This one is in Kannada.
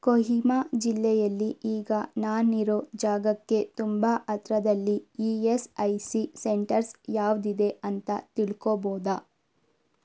ಕೋಹಿಮಾ ಜಿಲ್ಲೆಯಲ್ಲಿ ಈಗ ನಾನಿರೋ ಜಾಗಕ್ಕೆ ತುಂಬ ಹತ್ರದಲ್ಲಿ E S I C centres ಯಾವುದಿದೆ ಅಂತ ತಿಳ್ಕೋಬೋದಾ